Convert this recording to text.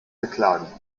beklagen